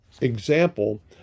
example